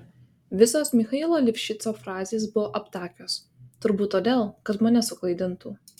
visos michailo livšico frazės buvo aptakios turbūt todėl kad mane suklaidintų